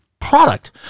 product